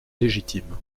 légitime